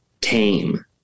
tame